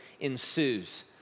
ensues